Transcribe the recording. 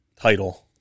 title